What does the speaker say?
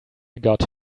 got